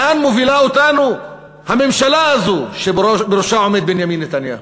לאן מובילה אותנו הממשלה הזו שבראשה עומד בנימין נתניהו,